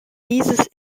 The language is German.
dieses